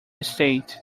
estate